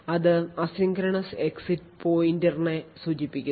അത് asynchronous exit പോയിന്ററിനെ സൂചിപ്പിക്കുന്നു